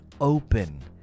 open